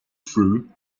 through